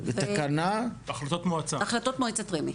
החלטות מועצת רמ"י.